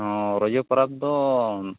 ᱚᱻ ᱨᱚᱡᱚ ᱯᱟᱨᱟᱵᱽᱫᱚ